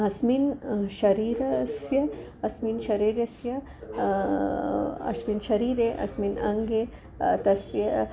अस्मिन् शरीरस्य अस्मिन् शरीरस्य अस्मिन् शरीरे अस्मिन् अङ्गे तस्य